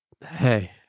Hey